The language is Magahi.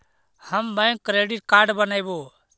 हम बैक क्रेडिट कार्ड बनैवो?